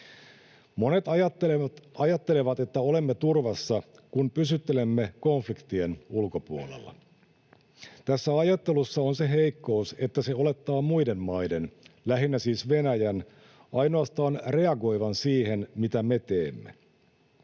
Monet ajattelevat, että olemme turvassa, kun pysyttelemme konfliktien ulkopuolella. Tässä ajattelussa on se heikkous, että se olettaa muiden maiden, lähinnä siis Venäjän, ainoastaan reagoivan siihen, mitä me teemme.